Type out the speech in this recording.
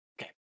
Okay